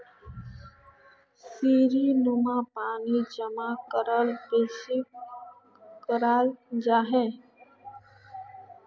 सीढ़ीनुमा खेतोत पानी जमा करे खेती कराल जाहा